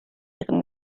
ihren